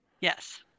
yes